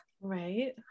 right